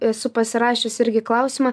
esu pasirašius irgi klausimą